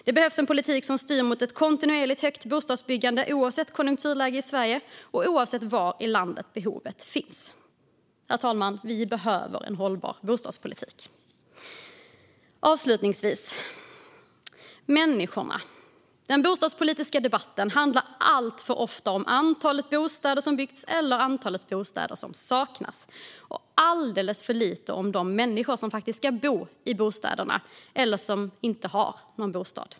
Det behövs en politik som styr mot ett kontinuerligt högt bostadsbyggande oavsett konjunkturläge i Sverige och oavsett var i landet behovet finns. Herr talman! Vi behöver en hållbar bostadspolitik. Avslutningsvis vill jag tala om människorna. Den bostadspolitiska debatten handlar alltför ofta om antalet bostäder som byggts eller antalet bostäder som saknas och alldeles för lite om de människor som faktiskt ska bo i bostäderna eller som inte har någon bostad.